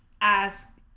ask